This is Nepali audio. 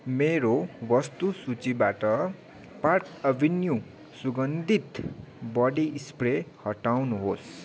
मेरो वस्तु सूचीबाट पार्क अभन्यू सुगन्धित बडी स्प्रे हटाउनुहोस्